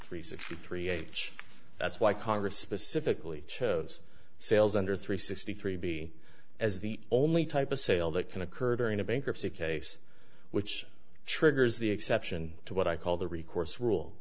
three sixty three age that's why congress specifically chose sales under three sixty three b as the only type of sale that can occur during a bankruptcy case which triggers the exception to what i call the recourse rule